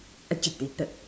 agitated